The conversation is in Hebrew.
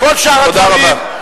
תודה רבה.